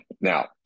now